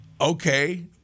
okay